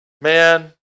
man